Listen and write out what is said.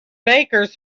bakers